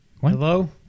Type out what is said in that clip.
Hello